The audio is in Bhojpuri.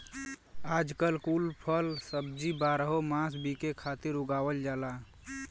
आजकल कुल फल सब्जी बारहो मास बिके खातिर उगावल जाला